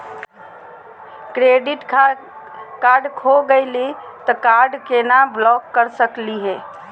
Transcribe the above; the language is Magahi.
क्रेडिट कार्ड खो गैली, कार्ड क केना ब्लॉक कर सकली हे?